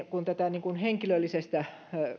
kun tästä henkilöllisestä